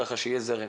כך שיהיה זרם.